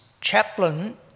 chaplain